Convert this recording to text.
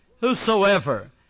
whosoever